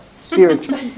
spiritual